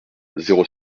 zéro